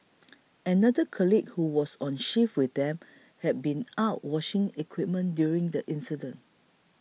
another colleague who was on shift with them had been out washing equipment during the incident